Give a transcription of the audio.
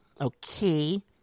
Okay